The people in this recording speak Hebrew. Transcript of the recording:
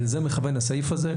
לזה מכוון הסעיף הזה.